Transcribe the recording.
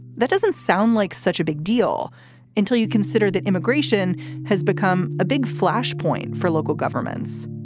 that doesn't sound like such a big deal until you consider that immigration has become a big flashpoint for local governments.